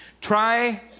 Try